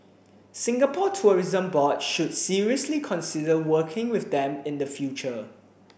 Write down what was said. Singapore Tourism Board should seriously consider working with them in future